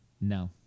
no